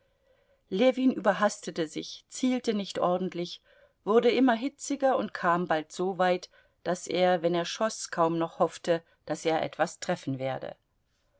ljewin überhastete sich zielte nicht ordentlich wurde immer hitziger und kam bald so weit daß er wenn er schoß kaum noch hoffte daß er etwas treffen werde